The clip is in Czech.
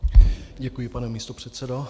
Děkuji, pane místopředsedo.